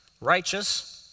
righteous